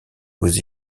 aux